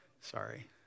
Sorry